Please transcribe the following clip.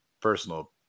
personal